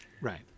Right